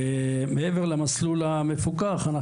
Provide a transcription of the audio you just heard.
מעבר למסלול המפוקח,